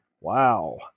Wow